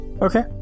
okay